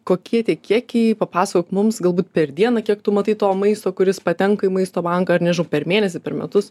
kokie tie kiekiai papasakok mums galbūt per dieną kiek tu matai to maisto kuris patenka į maisto banką ar nežinau per mėnesį per metus